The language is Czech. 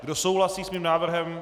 Kdo souhlasí s mým návrhem?